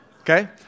okay